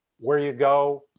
where you go,